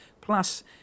Plus